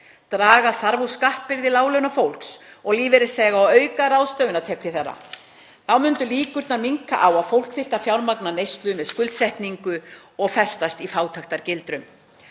Draga þarf úr skattbyrði láglaunafólks og lífeyrisþega og auka ráðstöfunartekjur þeirra. Þá myndu líkurnar minnka á að fólk þyrfti að fjármagna neyslu með skuldsetningu og festist í fátæktargildru.